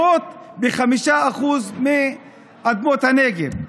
זה לבנות ב-5% מאדמות הנגב.